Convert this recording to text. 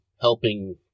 helping